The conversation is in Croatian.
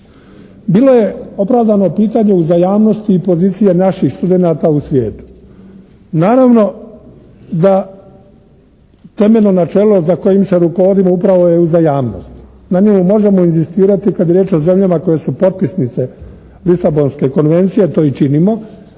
Bilo je opravdano pitanje uzajamnosti i pozicije naših studenata u svijetu. Naravno da temeljno načelo za kojim se rukovodimo upravo je uzajamnost. Na nju možemo inzistirati kad je riječ o zemljama koje su potpisnice Lisabonske konvencije, a to i činimo.